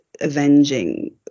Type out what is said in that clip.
avenging